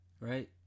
right